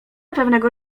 pewnego